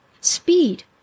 speed